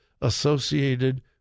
associated